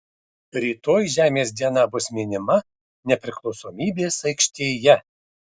rytoj žemės diena bus minima nepriklausomybės aikštėje